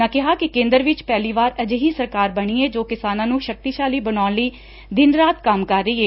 ਉਨ੍ਹਾਂ ਕਿਹਾ ਕਿ ਕੇਂਦਰ ਵਿਚ ਪਹਿਲੀ ਵਾਰ ਅਜਿਹੀ ਸਰਕਾਰ ਬਣੀ ਏ ਜੋ ਕਿਸਾਨਾਂ ਨੂੰ ਸ਼ਕਤੀਸ਼ਾਲੀ ਬਣਾਉਣ ਲਈ ਦਿਨ ਰਾਤ ਕੰਮ ਕਰ ਰਹੀ ਏ